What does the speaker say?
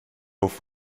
off